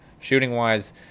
shooting-wise